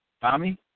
Tommy